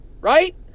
Right